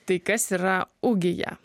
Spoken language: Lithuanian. tai kas yra ugija